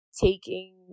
taking